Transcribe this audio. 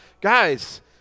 guys